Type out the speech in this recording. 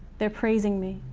they're praising me.